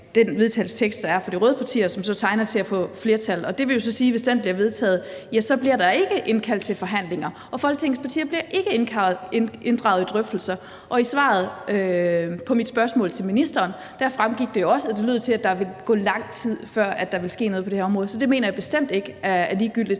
til vedtagelse, der er fra de røde partier, og som tegner til at få flertal. Og det vil sige, at hvis det bliver vedtaget, så bliver der jo ikke indkaldt til forhandlinger, og Folketingets partier bliver ikke inddraget i drøftelser. Og i svaret på mit spørgsmål til ministeren fremgik det også, lød det til, at der ville gå lang tid, før der ville ske noget på det her område. Så det mener jeg bestemt ikke er ligegyldigt.